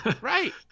Right